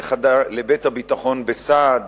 ל"בית הביטחון" בסעד.